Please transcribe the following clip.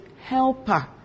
helper